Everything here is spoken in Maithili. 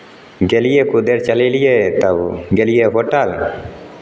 गेलियै किछु देर चलेलियै तब गेलियै होटल